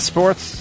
Sports